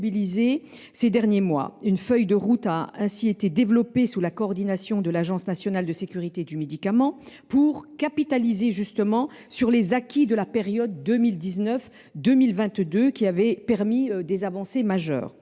mobilisé ces derniers mois. Une feuille de route a ainsi été développée sous la coordination de l’Agence nationale de sécurité du médicament et des produits de santé (ANSM), pour capitaliser sur les acquis de la période 2019 2022, qui a permis des avancées majeures.